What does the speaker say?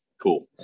Cool